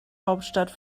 hauptstadt